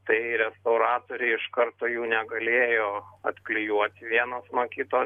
tai restauratoriai iš karto jų negalėjo atklijuoti vieno nuo kito